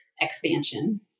expansion